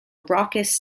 raucous